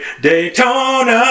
Daytona